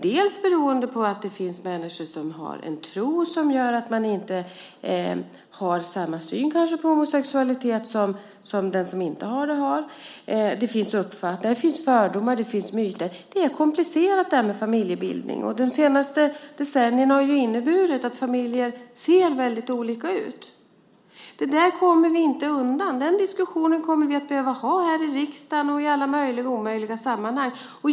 Det kan bero på att det finns människor som har en tro som gör att de kanske inte har samma syn på homosexualitet som den som inte delar den tron har. Det finns fördomar och det finns myter. Det är komplicerat med familjebildning. De senaste decennierna har ju inneburit att familjer ser väldigt olika ut. Det kommer vi inte undan. Den diskussionen kommer vi att behöva ha här i riksdagen och i alla möjliga och omöjliga sammanhang.